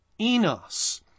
Enos